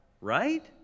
right